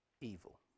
evil